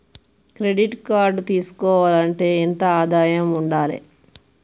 Credit card తీసుకోవాలంటే ఎంత ఆదాయం ఉండాలే?